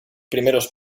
primeros